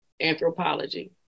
Anthropology